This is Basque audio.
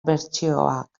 bertsioak